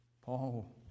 Paul